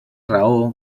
raó